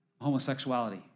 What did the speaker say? homosexuality